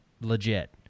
legit